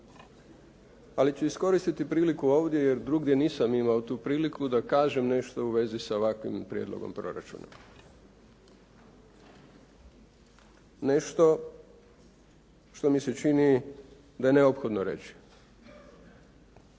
Ali ću iskoristiti priliku ovdje jer drugdje nisam imao tu priliku da kažem nešto u vezi sa ovakvim prijedlogom proračuna, nešto što mi se čini da je neophodno reći.